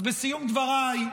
אז בסיום דבריי,